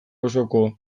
osoko